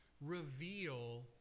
reveal